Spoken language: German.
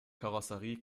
karosserie